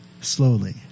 slowly